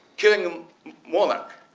killing monarch,